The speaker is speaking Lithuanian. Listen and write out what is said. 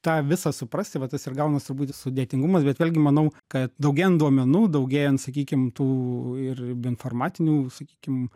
tą visą suprasti va tas ir gaunas turbūt i sudėtingumas bet vėlgi manau kad daugėjan duomenų daugėjan sakykim tų ir bioinformacinių sakykim